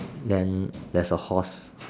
then there's a horse